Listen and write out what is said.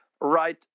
right